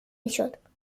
میشد